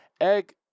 egg